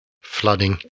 flooding